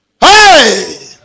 Hey